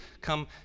come